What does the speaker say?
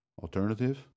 alternative